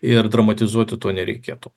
ir dramatizuoti to nereikėtų